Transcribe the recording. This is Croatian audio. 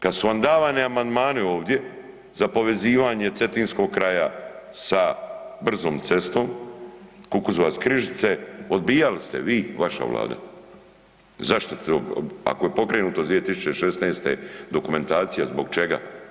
Kad su vam davani amandmani ovdje za povezivanje Cetinskog kraja sa brzom cestom Kukuzovac – Križice, odbijali ste vi, vaša Vlada, zašto to, ako je pokrenuto 2016. dokumentacija zbog čega?